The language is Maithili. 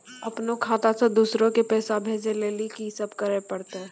अपनो खाता से दूसरा के पैसा भेजै लेली की सब करे परतै?